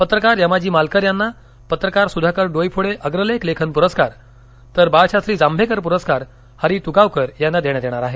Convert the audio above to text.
पत्रकार यमाजी मालकर यांना पत्रकार सुधाकर डोईफोडे अग्रलेख लेखन पुरस्कार तर बाळशास्त्री जांभेकर पुरस्कार हरी तुगांवकर यांना देण्यात येणार आहे